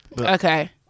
okay